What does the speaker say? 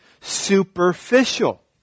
superficial